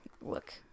Look